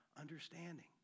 understanding